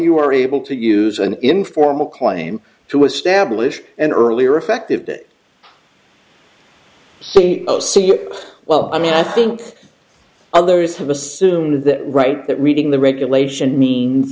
you are able to use an informal claim to establish an earlier effective say well i mean i think others have assumed that right that reading the regulation means